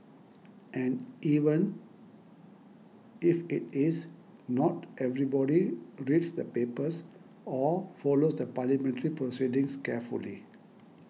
and even if it is not everybody reads the papers or follows the parliamentary proceedings carefully